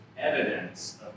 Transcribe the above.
Evidence